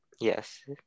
Yes